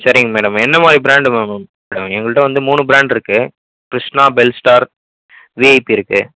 சரிங்க மேடம் என்ன மாதிரி ப்ராண்டு மேம் வேணும் எங்கள்கிட்ட வந்து மூணு ப்ராண்ட் இருக்குது கிருஷ்ணா பெல்ஸ்டார் விஐபி இருக்குது